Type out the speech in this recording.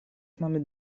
mamy